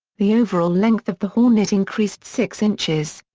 the overall length of the hornet increased six inches.